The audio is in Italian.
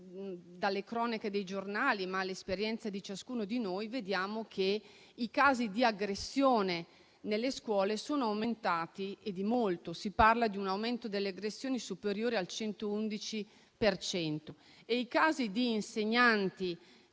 dalle cronache dei giornali all'esperienza di ciascuno di noi, vediamo che i casi di aggressione nelle scuole sono aumentati e di molto - si parla di un aumento delle aggressioni superiore al 111 per cento - e i casi di insegnanti